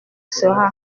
sera